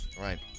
Right